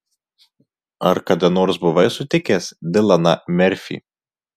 ar kada nors buvai sutikęs dilaną merfį